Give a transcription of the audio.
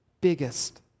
biggest